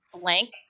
blank